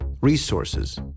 resources